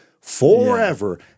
forever